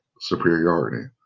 superiority